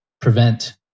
prevent